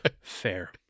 Fair